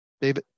David